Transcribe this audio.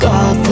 God